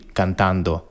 cantando